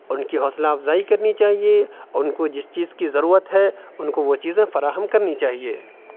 اور ان کی حوصلہ افزائی کرنی چاہیے ان کو جس چیز کی ضرورت ہے ان کو وہ چیزیں فراہم کرنی چاہیے